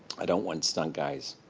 i don't want stunt guys,